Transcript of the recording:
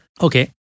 Okay